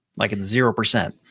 like it's zero percent.